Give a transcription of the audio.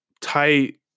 tight